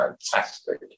fantastic